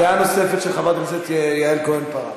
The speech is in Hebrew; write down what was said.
דעה נוספת, חברת הכנסת יעל כהן-פארן.